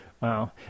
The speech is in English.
Wow